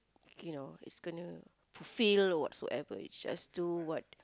you know it's gonna fulfill or what so ever you just do what